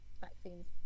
vaccines